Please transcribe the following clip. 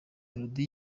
melody